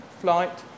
flight